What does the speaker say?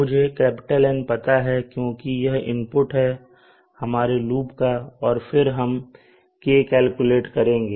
मुझे N पता है क्योंकि यह इनपुट है हमारे लूप का और फिर हम k कैलकुलेट करेंगे